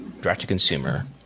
direct-to-consumer